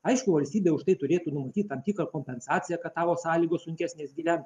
aišku valstybė už tai turėtų numatyt tam tikrą kompensaciją kad tavo sąlygos sunkesnės gyvent